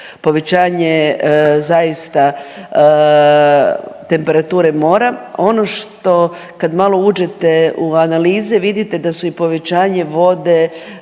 povećanje zaista temperature mora. Ono što, kad malo uđete u analize, vidite da su i povećanje vode